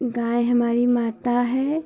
गाय हमारी माता है